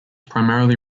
primarily